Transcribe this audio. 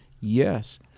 yes